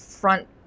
front